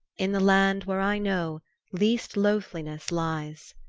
in the land where i know least loathliness lies.